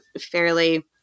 fairly